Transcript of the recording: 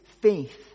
faith